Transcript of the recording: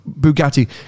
Bugatti